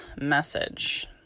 message